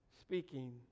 speaking